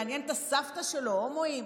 מעניין את הסבתא שלו הומואים,